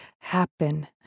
happen